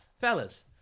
Fellas